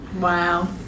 Wow